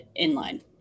inline